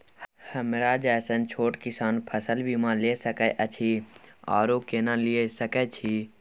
हमरा जैसन छोट किसान फसल बीमा ले सके अछि आरो केना लिए सके छी?